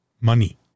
money